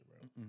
bro